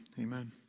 Amen